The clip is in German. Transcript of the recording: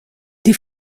die